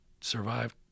survive